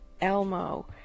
Elmo